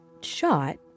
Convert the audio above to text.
shot